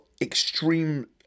extreme